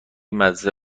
مدرسه